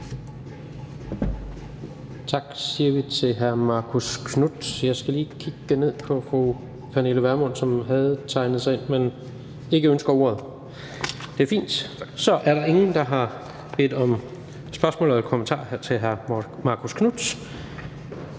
Tak siger vi til hr. Marcus Knuth. Jeg skal lige kigge ned på fru Pernille Vermund, som havde tegnet sig ind, men ikke ønsker ordet. Det er fint. Der er ingen, der har bedt om at komme med spørgsmål eller kommentarer til hr. Marcus Knuth.